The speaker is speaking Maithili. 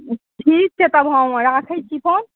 ठीक छै तब हम राखै छी फोन हम